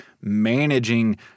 managing